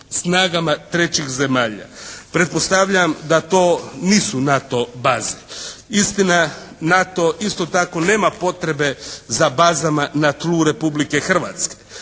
snagama trećih zemalja? Pretpostavljam da to nisu NATO baze. Istina NATO isto tako nema potrebe za bazama na tlu Republike Hrvatske.